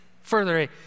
further